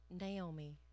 Naomi